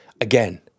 Again